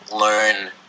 learn